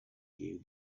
gave